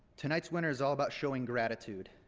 tonight's winner is all about showing gratitude.